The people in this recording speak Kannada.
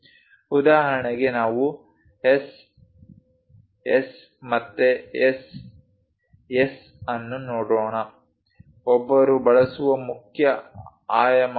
ಉದಾಹರಣೆಗೆ ನಾವು S S ಮತ್ತೆ S S ಅನ್ನು ನೋಡೋಣ ಒಬ್ಬರು ಬಳಸುವ ಮುಖ್ಯ ಆಯಾಮಗಳು ಇವು